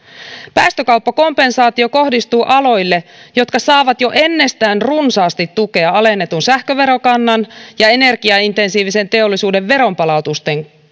päästökauppakompensaatio kohdistuu aloille jotka saavat jo ennestään runsaasti tukea alennetun sähköverokannan ja energiaintensiivisen teollisuuden veronpalautusten